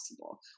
possible